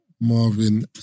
Marvin